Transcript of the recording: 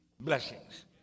blessings